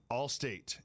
Allstate